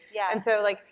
yeah. and so, like,